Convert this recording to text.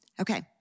Okay